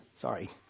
Sorry